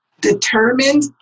determined